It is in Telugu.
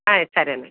ఆయ్ సరేనండి